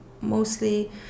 mostly